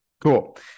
Cool